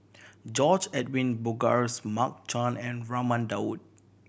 George Edwin Bogaars Mark Chan and Raman Daud